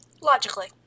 Logically